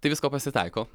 tai visko pasitaiko